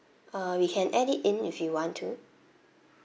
uh we can add it in if you want to